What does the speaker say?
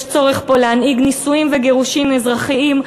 יש צורך פה להנהיג נישואין וגירושין אזרחיים,